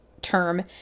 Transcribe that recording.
term